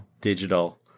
digital